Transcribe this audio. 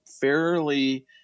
fairly